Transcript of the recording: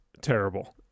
terrible